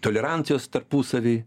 tolerancijos tarpusavy